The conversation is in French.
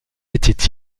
était